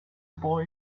boy